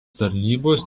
tarnybos